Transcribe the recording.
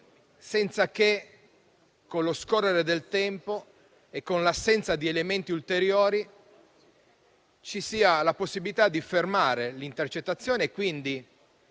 senza che, con lo scorrere del tempo, ma con l'assenza di elementi ulteriori, ci sia la possibilità di fermare l'intercettazione e quindi